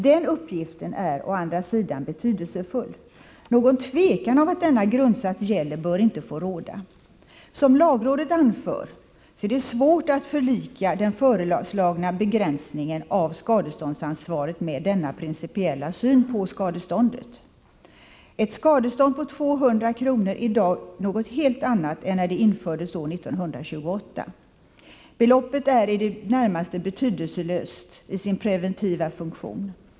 Den uppgiften är å andra sidan betydelsefull. Någon tvekan om att denna grundsats gäller bör inte få råda. Som lagrådet anför är det svårt att förena den föreslagna begränsningen av skadeståndsansvaret med denna principiella syn på skadeståndet. Ett skadestånd på 200 kr. är i dag något helt annat än när det infördes år 1928. Beloppet är i det närmaste betydelselöst i sin preventiva funktion.